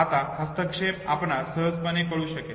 आता हस्तक्षेप आपणास सहजपणे कळू शकेल